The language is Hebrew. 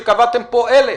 שקבעתם פה 1,000?